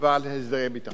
ועל הסדרי ביטחון,